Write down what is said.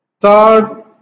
Third